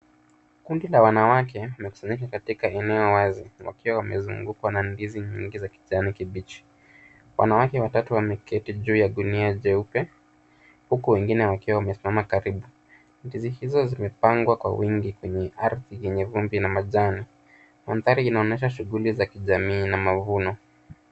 Kundi la wanawake wamekusanyika katika eneo wazi wakiwa wamezungukwa na ndizi nyingi za kijani kibichi. Wanawake watatu wameketi juu ya gunia jeupe huku wengine wakiwa wamesimama karibu. Ndizi hizo zimepangwa kwa wingi kwenye ardhi yenye vumbi ya majani. Mandhari inaonyesha shughuli za kijamii na mavuno.